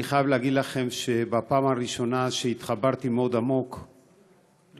אני חייב להגיד לכם שבפעם הראשונה התחברתי מאוד עמוק לקהילה,